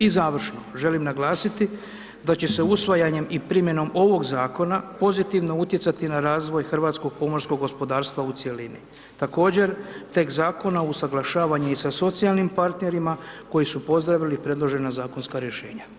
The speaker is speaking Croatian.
I završno, želim naglasiti da će se usvajanjem i primjenom ovog zakona pozitivno utjecati na razvoj hrvatskog pomorskog gospodarstva u cjelini, također tekst zakona usaglašavan je i sa socijalnim partnerima koji su pozdravili predložena zakonska rješenja.